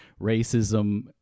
racism